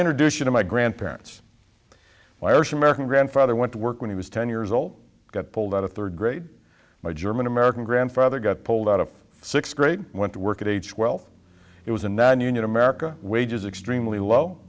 introduce you to my grandparents my irish american grandfather went to work when he was ten years old got pulled out of third grade my german american grandfather got pulled out of sixth grade went to work at h well it was a nonunion america wages extremely low